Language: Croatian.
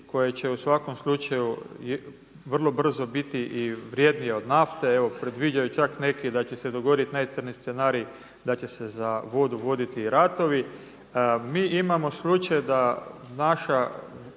koja će u svakom slučaju vrlo brzo biti i vrjednija od nafte. Evo predviđaju neki da će se dogoditi najcrnji scenarij, da će se za vodu voditi i ratovi. Mi imamo slučaj da naš